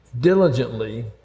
diligently